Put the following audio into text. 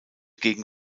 gegen